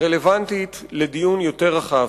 רלוונטית לדיון יותר רחב.